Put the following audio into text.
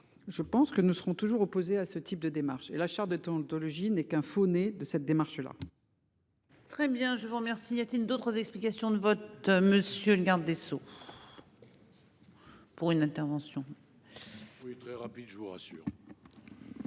Je pense que nous serons toujours opposés à ce type de démarche et la Charte de temps le dos logis n'est qu'un faux-nez de cette démarche là. Très bien je vous remercie. A-t-il d'autres explications de vote, monsieur le garde des Sceaux. Pour une intervention. À. Oui très rapide, je vous rassure.